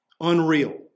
unreal